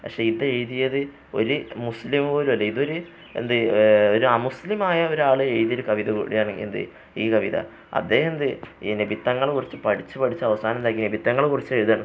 പക്ഷെ ഇതെഴുതിയതൊരു മുസ്ലിം പോലുമല്ല ഇതൊരു എന്താണ് ഒരു അമുസ്ലിമായ ഒരാളെഴുതിയ ഒരു കവിത കൂടിയാണ് എന്താണ് ഈ കവിത അദ്ദേഹം എന്താണ് ഈ നബിത്തങ്ങളെക്കുറിച്ച് പഠിച്ച് പഠിച്ച് അവസാനം എന്താക്കി നബിത്തങ്ങളെക്കറിച്ച് എഴുതുകയാണ്